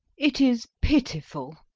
it is pitiful.